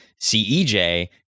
cej